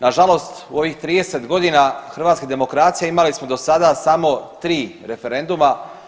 Nažalost u ovih 30 godina hrvatske demokracije imali smo do sada samo 3 referenduma.